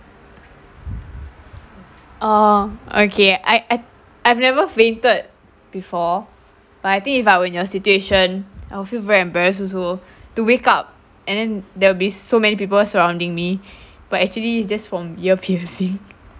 uh okay I I I've never fainted before but I think if I were in your situation I will feel very embarrassed also to wake up and then there will be so many people surrounding me but actually just from ear piercing